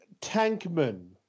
Tankman